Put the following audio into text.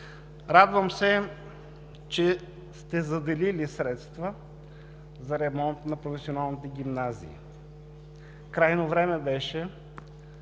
Радвам се, че сте заделили средства за ремонт на професионалните гимназии. Крайно време беше,